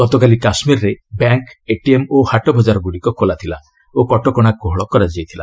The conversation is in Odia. ଗତକାଲି କାଶ୍ମୀରରେ ବ୍ୟାଙ୍କ ଏଟିଏମ୍ ଓ ହାଟବଚ୍ଚାର ଗୁଡ଼ିକ ଖୋଲାଥିଲା ଓ କଟକଣା କୋହଳ କରାଯାଇଥିଲା